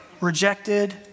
rejected